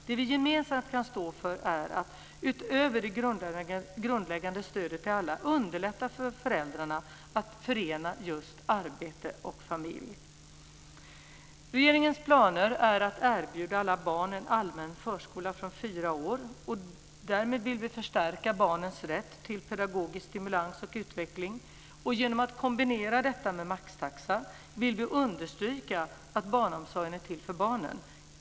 Det vi gemensamt kan stå för är att utöver det grundläggande stödet till alla underlätta för föräldrarna att förena just arbete och familj. Regeringens planer är att erbjuda alla barn en allmän förskola från fyra år, och därmed vill vi förstärka barnens rätt till pedagogisk stimulans och utveckling. Genom att kombinera detta med maxtaxan vill vi understryka att barnomsorgen är till för barnen.